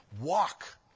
walk